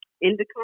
indica